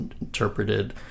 interpreted